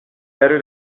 better